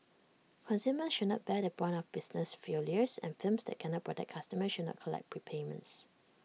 consumers should not bear the brunt of business failures and firms that cannot protect customers should not collect prepayments